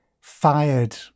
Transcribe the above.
fired